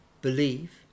believe